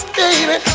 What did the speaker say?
baby